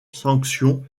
sanction